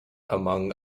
among